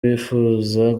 bifuza